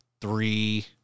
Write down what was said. three